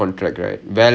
uh ya